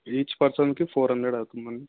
each పర్సన్కి four hundred అవుతుందండి